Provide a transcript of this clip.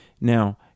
Now